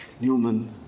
Newman